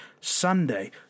Sunday